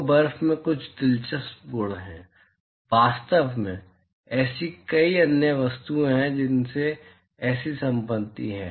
तो बर्फ में कुछ दिलचस्प गुण हैं वास्तव में ऐसी कई अन्य वस्तुएं हैं जिनमें ऐसी संपत्ति है